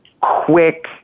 quick